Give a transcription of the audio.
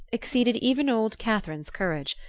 exceeded even old catherine's courage,